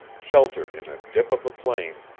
sheltered in a dip of the plain,